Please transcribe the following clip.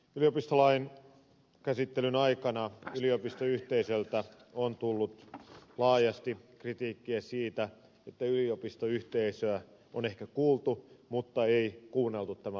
yliopistolain käsittelyn aikana yliopistoyhteisöltä on tullut laajasti kritiikkiä siitä että yliopistoyhteisöä on ehkä kuultu mutta ei kuunneltu tämän lain valmistelussa